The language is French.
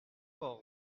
fort